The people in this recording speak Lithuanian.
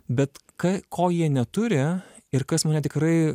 bet ka ko jie neturi ir kas mane tikrai